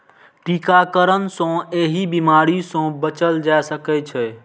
टीकाकरण सं एहि बीमारी सं बचल जा सकै छै